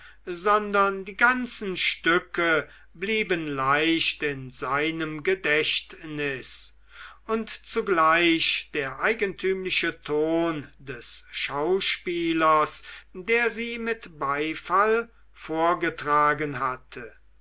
sondern die ganzen stücke blieben leicht in seinem gedächtnis und zugleich der eigentümliche ton des schauspielers der sie mit beifall vorgetragen hatte